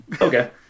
Okay